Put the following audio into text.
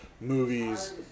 movies